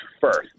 first